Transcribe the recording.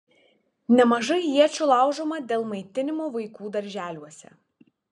nemažai iečių laužoma dėl maitinimo vaikų darželiuose